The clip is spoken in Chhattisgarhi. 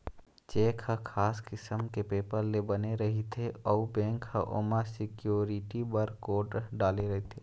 चेक ह खास किसम के पेपर ले बने रहिथे अउ बेंक ह ओमा सिक्यूरिटी बर कोड डाले रहिथे